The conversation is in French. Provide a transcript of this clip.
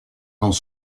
dans